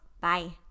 Bye